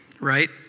right